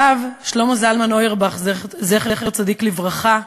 הרב שלמה זלמן אוירבך, זכר צדיק לברכה,